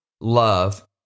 love